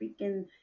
freaking